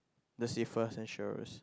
the safer ensures